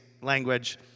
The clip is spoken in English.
language